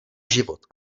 život